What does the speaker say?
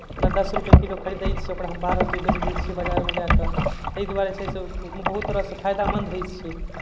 जेना दस रुपैए किलो खरीदैत छी ओकरा हम बारह रुपैए बेचि दैत छी बाजारमे जा कऽ ताहि दुआरे छै से बहुत तरहसँ फयदामन्द होइत छै